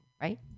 right